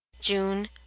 June